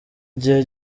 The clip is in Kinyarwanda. gihe